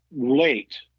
late